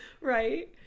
Right